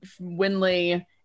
Winley